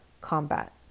combat